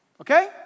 Okay